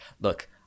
look